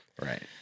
Right